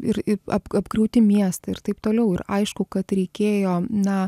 ir ap apkrauti miestą ir taip toliau ir aišku kad reikėjo na